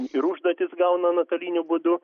ir užduotis gauna nuotoliniu būdu